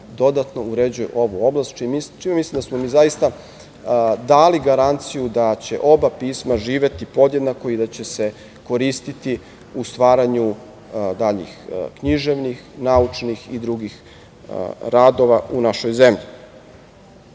dodatno uređuje ovu oblast. Čini mi se da smo mi zaista dali garanciju da će oba pisma živeti podjednako i da će se koristiti u stvaranju daljih književnih, naučnih i drugih radova u našoj zemlji. Smatram